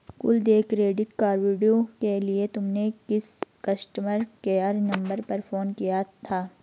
कुल देय क्रेडिट कार्डव्यू के लिए तुमने किस कस्टमर केयर नंबर पर फोन किया था?